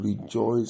rejoice